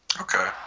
Okay